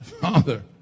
Father